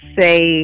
say